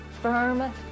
firm